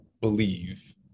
believe